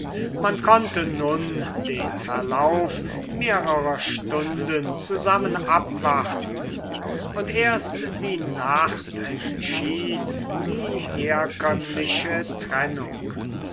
man konnte nun den verlauf mehrerer stunden zusammen abwarten und erst die nacht entschied die herkömmliche trennung